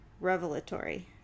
revelatory